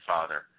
Father